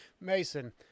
Mason